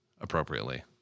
appropriately